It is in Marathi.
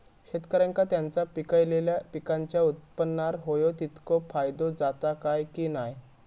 शेतकऱ्यांका त्यांचा पिकयलेल्या पीकांच्या उत्पन्नार होयो तितको फायदो जाता काय की नाय?